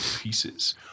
pieces